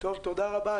תודה רבה.